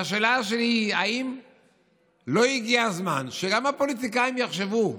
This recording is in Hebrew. והשאלה שלי היא אם לא הגיע הזמן שגם הפוליטיקאים יחשבו: